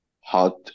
Hot